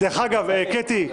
קטי,